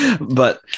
but-